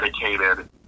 dedicated